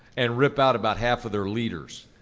and rip out about half of their leaders.